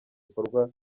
bikorwa